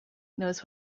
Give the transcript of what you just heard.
knows